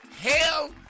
hell